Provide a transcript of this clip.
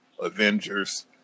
Avengers